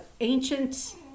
ancient